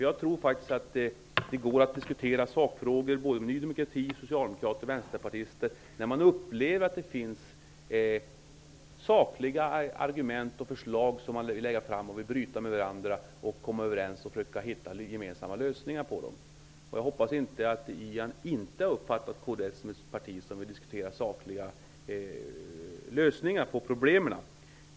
Jag tror faktiskt att det går att diskutera sakfrågor med Ny demokrati, Socialdemokraterna och Vänsterpartiet, när man upplever att sakliga argument och förslag bryts mot varandra. Då kan man komma överens och försöka finna gemensamma lösningar. Jag hoppas inte att Ian Wachtmeister har uppfattat kds som ett parti som inte vill diskutera sakliga lösningar på problemen.